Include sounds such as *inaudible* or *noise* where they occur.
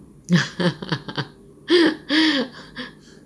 *laughs*